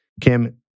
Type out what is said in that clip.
Kim